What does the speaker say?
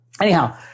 Anyhow